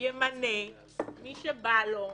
ימנה את מי שבא לו.